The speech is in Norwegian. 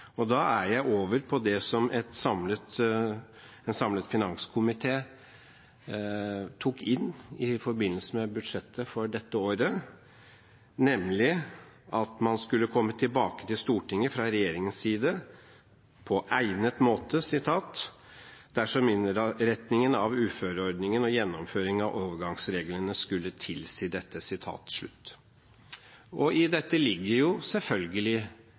Da er jeg over på det som en samlet finanskomité tok inn i forbindelse med budsjettet for dette året, nemlig at man fra regjeringens side skulle komme tilbake til Stortinget «på egnet måte dersom innretningen av uføreordningen og gjennomføringen av overgangsreglene skulle tilsi dette». I dette ligger selvfølgelig